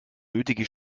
nötige